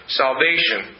salvation